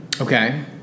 Okay